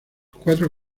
cuatro